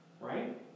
right